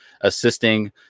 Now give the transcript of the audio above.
assisting